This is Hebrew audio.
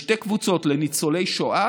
לשתי קבוצות: לניצולי שואה